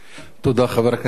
תודה לחבר הכנסת אדרי.